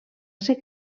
ser